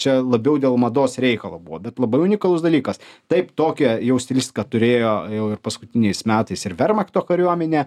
čia labiau dėl mados reikalo buvo bet unikalus dalykas taip tokią jau stilistiką turėjo jau ir paskutiniais metais ir vermachto kariuomenė